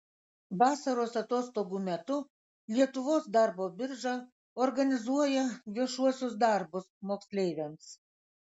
vasaros atostogų metu lietuvos darbo birža organizuoja viešuosius darbus moksleiviams